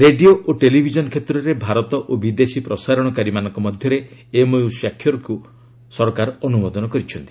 radio ଓ television କ୍ଷେତ୍ରରେ ଭାରତ ଓ ବିଦେଶୀ ପ୍ରସାରଣକାରୀ ମାନଙ୍କ ମଧ୍ୟରେ ଏମ୍ଓୟ ସ୍ୱାକ୍ଷରକ୍ ମଧ୍ୟ ସରକାର ଅନ୍ଦ୍ରମୋଦନ କରିଛନ୍ତି